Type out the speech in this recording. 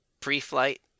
pre-flight